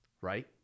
Right